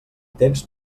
temps